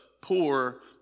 poor